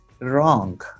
wrong